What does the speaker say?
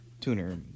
tuner